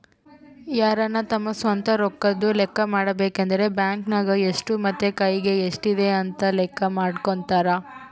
ಯಾರನ ತಮ್ಮ ಸ್ವಂತ ರೊಕ್ಕದ್ದು ಲೆಕ್ಕ ಮಾಡಬೇಕಂದ್ರ ಬ್ಯಾಂಕ್ ನಗ ಎಷ್ಟು ಮತ್ತೆ ಕೈಯಗ ಎಷ್ಟಿದೆ ಅಂತ ಲೆಕ್ಕ ಮಾಡಕಂತರಾ